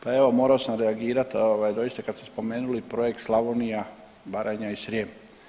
Pa evo, morao sam reagirati, a doista, kad ste spomenuli projekt Slavonija, Baranja i Srijem.